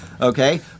Okay